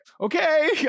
okay